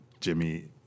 Jimmy